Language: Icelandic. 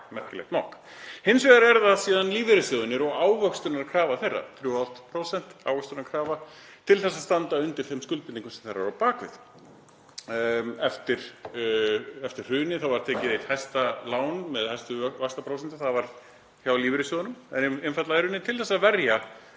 merkilegt nokk. Hins vegar eru það síðan lífeyrissjóðirnir og ávöxtunarkrafa þeirra, 3,5% ávöxtunarkrafa, til að standa undir þeim skuldbindingum sem þar eru á bak við. Eftir hrunið var tekið eitt hæsta lán með hæstu vaxtaprósentu hjá lífeyrissjóðunum, einfaldlega til þess að verja